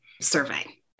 survey